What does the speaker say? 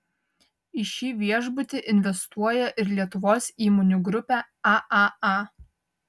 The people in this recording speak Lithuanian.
į šį viešbutį investuoja ir lietuvos įmonių grupė aaa